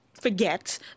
forget